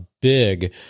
big